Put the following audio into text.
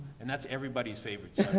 and that's everybody's favourite